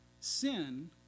sin